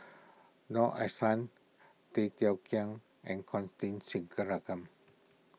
Noor Aishah Tay Teow Kiat and Constance